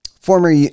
former